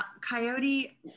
Coyote